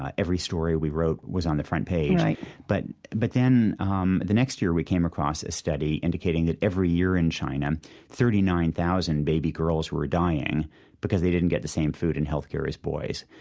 every story we wrote was on the front page right but but then um the next year, we came across a study indicating that every year in china thirty nine thousand baby girls were dying because they didn't get the same food and health care as boys,